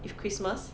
if christmas